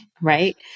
right